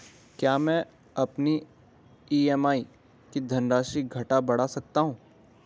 क्या मैं अपनी ई.एम.आई की धनराशि घटा बढ़ा सकता हूँ?